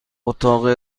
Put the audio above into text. اتاق